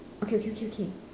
okay okay okay okay